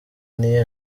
niyo